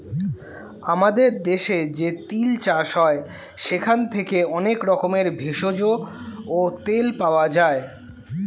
আমাদের দেশে যে তিল চাষ হয় সেখান থেকে অনেক রকমের ভেষজ ও তেল পাওয়া যায়